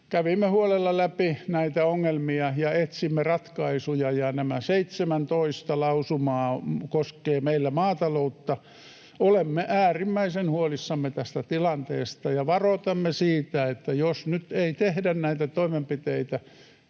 kävimme huolella läpi näitä ongelmia ja etsimme ratkaisuja, ja nämä 17 lausumaa koskevat meillä maataloutta. Olemme äärimmäisen huolissamme tästä tilanteesta ja varoitamme siitä, että jos nyt ei tehdä näitä toimenpiteitä,